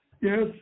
Yes